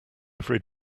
every